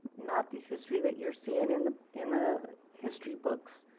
not the history that you are seeing in the in the history books.